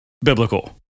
biblical